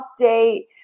update